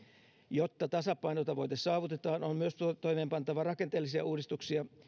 jotta tasapainotavoite saavutetaan on myös toimeenpantava rakenteellisia uudistuksia